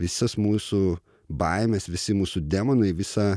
visos mūsų baimės visi mūsų demonai visa